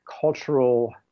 cultural